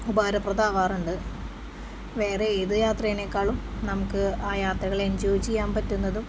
ഉപകാരപ്രദമാകാറുണ്ട് വേറെയേത് യാത്രയെക്കാളും നമുക്ക് ആ യാത്രകൾ എൻജോയ് ചെയ്യാൻ പറ്റുന്നതും